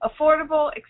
affordable